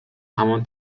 همان